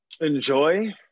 Enjoy